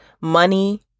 money